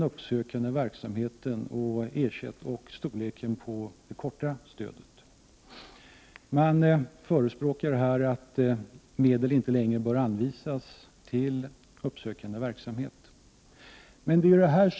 uppsökande verksamheten och storleken på korttidsstudiestödet. Man förespråkar här att medel inte längre skall anvisas till uppsökande verksamhet.